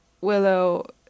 Willow